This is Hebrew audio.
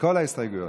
כל ההסתייגויות.